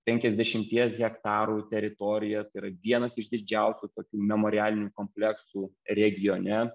penkiasdešimties hektarų teritoriją tai yra vienas iš didžiausių tokių memorialinių kompleksų regione